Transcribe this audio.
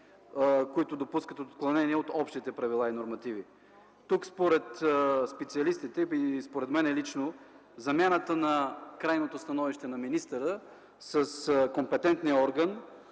които допускат отклонение от общите правила и нормативи. Според специалистите, а и лично според мен, замяната тук на крайното становище на министъра с „компетентния орган”